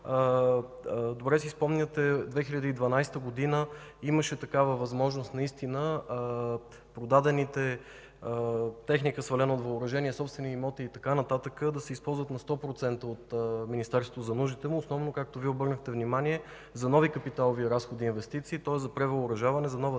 добре си спомняте, през 2012 г. имаше възможност наистина продадената техника, свалена от въоръжение, собствени имоти и така нататък, да се използват на 100% от Министерството за нуждите му, основно както Вие обърнахте внимание, за нови капиталови разходи и инвестиции, тоест за превъоръжаване на нова